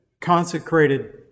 consecrated